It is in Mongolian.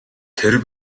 тэр